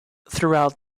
throughout